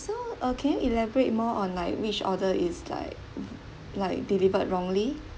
so uh can you elaborate more on like which order is like like delivered wrongly